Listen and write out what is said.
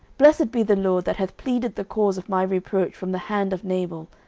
blessed be the lord, that hath pleaded the cause of my reproach from the hand of nabal,